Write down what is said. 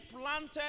planted